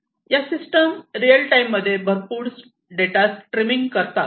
या system real टाईममध्ये भरपूर डेटा स्ट्रीमिंग करतात